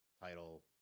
title